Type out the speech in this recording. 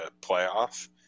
playoff